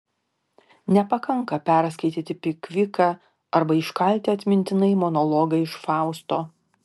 nepakanka perskaityti pikviką arba iškalti atmintinai monologą iš fausto